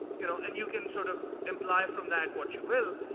you know, and you can sort of imply from that what you will.